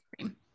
cream